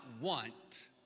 want